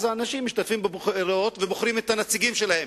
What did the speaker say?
אז אנשים משתתפים בבחירות ובוחרים את הנציגים שלהם,